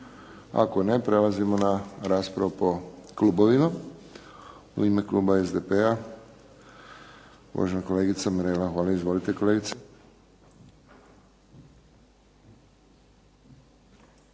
Ako ne, prelazimo na raspravu po klubovima. U ime kluba SDP-a, uvažena kolegica Mirela Holy. Izvolite kolegice. **Holy,